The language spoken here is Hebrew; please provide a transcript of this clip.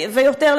ויותר,